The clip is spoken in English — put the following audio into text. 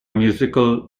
musical